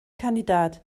kandidat